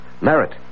Merit